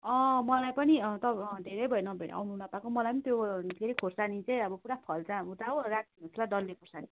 मलाई पनि त धेरै भयो न भ्याएर आउनु न पाएको मलाई त्यो के अरे खुर्सानी चाहिँ अब पुरा फल्छ अब उता हो राखिदिनु होस् ल डल्ले खुर्सानी